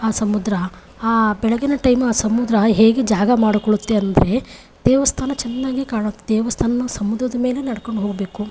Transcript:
ಆ ಸಮುದ್ರ ಆ ಬೆಳಗಿನ ಟೈಮು ಆ ಸಮುದ್ರ ಹೇಗೆ ಜಾಗ ಮಾಡಿಕೊಡುತ್ತೆ ಅಂದರೆ ದೇವಸ್ಥಾನ ಚೆನ್ನಾಗಿ ಕಾಣುತ್ತೆ ದೇವಸ್ಥಾನಕ್ಕೆ ಸಮುದ್ರದ ಮೇಲೆ ನಡ್ಕೊಂಡು ಹೋಗಬೇಕು